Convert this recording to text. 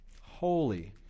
holy